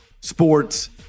sports